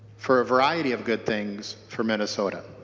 for a variety of good things for minnesota.